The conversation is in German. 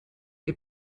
der